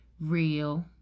real